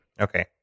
Okay